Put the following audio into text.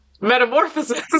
metamorphosis